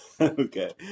Okay